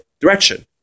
direction